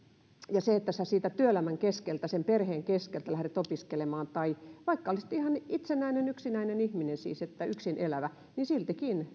ja se että sinä siitä työelämän keskeltä sen perheen keskeltä lähdet opiskelemaan tai vaikka olisit ihan itsenäinen yksinäinen ihminen siis yksinelävä niin siltikin